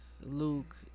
Luke